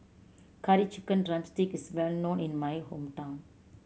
Curry Chicken drumstick is well known in my hometown